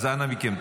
אז אנא מכם,